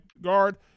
guard